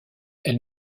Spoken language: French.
elle